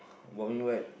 working where